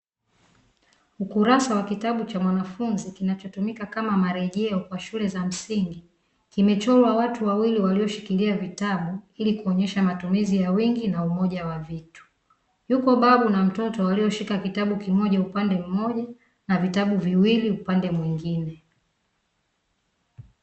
Ukurusa wa kitabu cha mwanafunzi kinachotumika kama marejeo kwa shule za msingi kimechorwa watu wawili walioshikilia vitabu ili kuonyesha matumizi ya wingi na umoja wa vitu. Yuko babu na mtoto walioshika shika kitabu kimoja upande mmoja na vitabu viwili upande mwigine.